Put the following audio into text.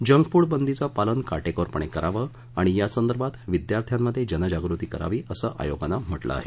junk food बंदीचं पालन काटेकोरपणे करावं आणि यासंदर्भात विद्यार्थ्यांमध्ये जनजागृती करावी असं आयोगानं म्हटलं आहे